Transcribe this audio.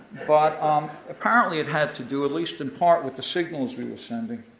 but um apparently it had to do, at least in part, with the signals we were sending.